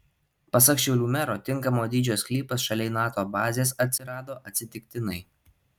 pasak šiaulių mero tinkamo dydžio sklypas šaliai nato bazės atsirado atsitiktinai